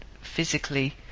physically